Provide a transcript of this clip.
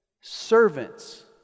servants